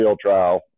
trial